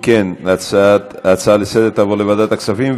אם כן, ההצעה לסדר-היום תועבר לוועדת הכספים.